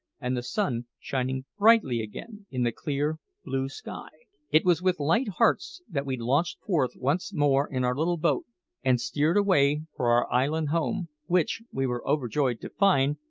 and the sun shining brightly again in the clear blue sky. it was with light hearts that we launched forth once more in our little boat and steered away for our island home, which, we were overjoyed to find,